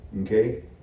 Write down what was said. Okay